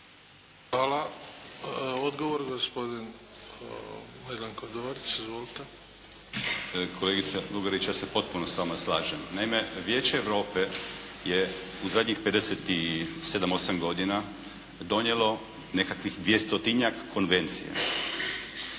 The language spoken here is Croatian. Hvala. Odgovor, gospodin Miljenko Dorić. Izvolite. **Dorić, Miljenko (HNS)** Kolegice Lugarić ja se potpuno s vama slažem. Naime, Vijeće Europe je u zadnjih 57, 58 godina donijelo nekakvih 200-tinjak konvencija.